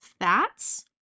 Fats